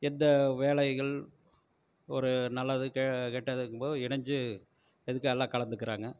எந்த வேலைகள் ஒரு நல்லது கெட்டதுங்கும்போது இணைஞ்சு எதுக்க நல்லா கலந்துக்கிறாங்க